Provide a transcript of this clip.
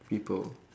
people